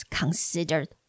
considered